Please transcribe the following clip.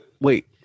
wait